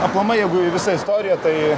aplamai jeigu į visą istoriją tai